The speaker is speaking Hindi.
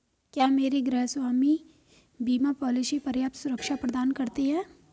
क्या मेरी गृहस्वामी बीमा पॉलिसी पर्याप्त सुरक्षा प्रदान करती है?